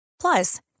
Plus